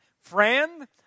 Friend